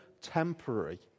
temporary